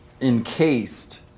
encased